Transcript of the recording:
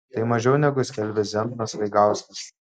tai mažiau negu skelbė zenonas vaigauskas